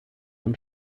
und